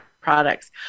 products